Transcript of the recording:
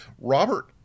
robert